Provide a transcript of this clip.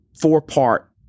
four-part